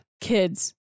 kids